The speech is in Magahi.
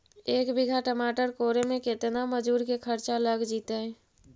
एक बिघा टमाटर कोड़े मे केतना मजुर के खर्चा लग जितै?